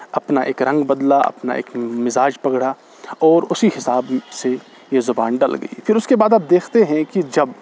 اپنا ایک رنگ بدلا اپنا ایک مزاج پکڑا اور اسی حساب سے یہ زبان ڈھل گئی پھر اس کے بعد آپ دیکھتے ہیں کہ جب